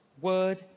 word